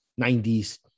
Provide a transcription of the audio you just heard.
90s